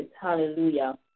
Hallelujah